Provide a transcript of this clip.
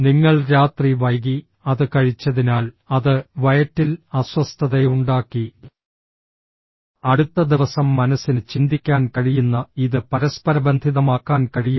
നിങ്ങൾ രാത്രി വൈകി അത് കഴിച്ചതിനാൽ അത് വയറ്റിൽ അസ്വസ്ഥതയുണ്ടാക്കി അടുത്ത ദിവസം മനസ്സിന് ചിന്തിക്കാൻ കഴിയുന്ന ഇത് പരസ്പരബന്ധിതമാക്കാൻ കഴിയും